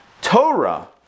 Torah